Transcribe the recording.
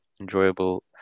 enjoyable